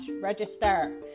register